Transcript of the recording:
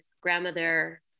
grandmother